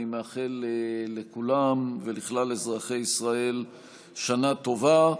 אני מאחל לכולם ולכלל אזרחי ישראל שנה טובה.